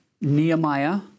Nehemiah